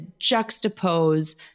juxtapose